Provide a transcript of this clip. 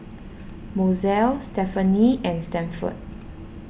Mozelle Stephenie and Stafford